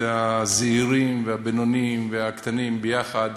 זה הזעירים והבינוניים והקטנים ביחד,